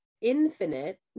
infinite